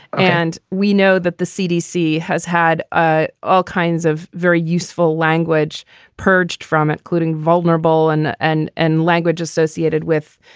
and we know that the cdc has had ah all kinds of very useful language purged from including vulnerable and and and language associated with.